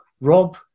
Rob